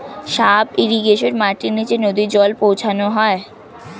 sub irrigation মাটির নিচে নদী জল পৌঁছানো হয়